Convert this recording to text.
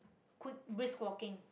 quick brisk walking